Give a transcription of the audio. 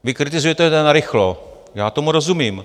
Vy kritizujete, že to je narychlo, já tomu rozumím.